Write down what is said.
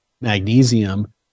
magnesium